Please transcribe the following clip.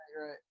right